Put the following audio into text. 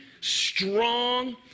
strong